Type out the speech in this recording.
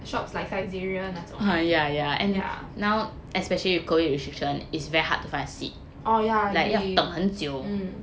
shops like Saizeriya 那种 right ya oh yeah agree mm